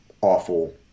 awful